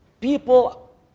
People